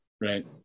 right